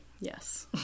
Yes